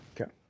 Okay